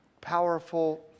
powerful